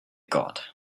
got